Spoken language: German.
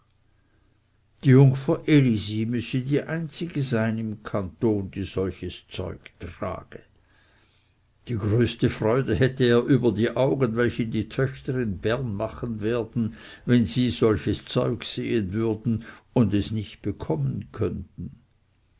die jungfer elise müsse die einzige sein im kanton die solches zeug trage die größte freude hätte er über die augen welche die töchter in bern machen werden wenn sie solches zeug sehen würden und es nicht bekommen könnten